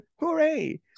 hooray